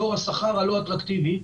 לאור השכר הלא אטרקטיבי.